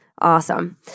Awesome